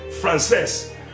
Frances